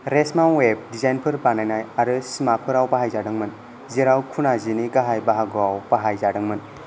Reshma web डिजाइनफोर बानायनाय आरो सिमाफोराव बाहायजादोंमोन जेराव खुना जिनि गाहाय बाहागोआव बाहाय जादोंमोन